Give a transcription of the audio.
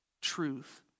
truth